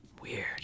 Weird